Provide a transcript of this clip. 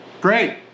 Great